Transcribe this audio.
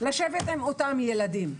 לשבת עם אותם ילדים.